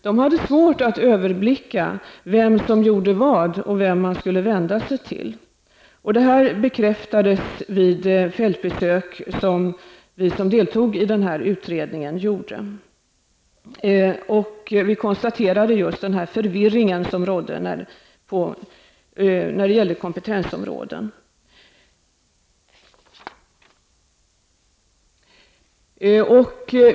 De hade svårt att överblicka vem som gjorde vad och vem de skulle vända sig till. Detta bekräftades vid fältbesök som vi som deltog i utredningen gjorde. Vi konstaterade just den förvirring som rådde när det gällde kompetensområden.